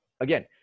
Again